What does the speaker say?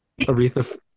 Aretha